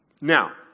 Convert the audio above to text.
Now